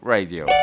Radio